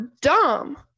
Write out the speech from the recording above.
dumb